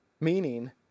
Meaning